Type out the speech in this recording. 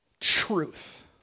truth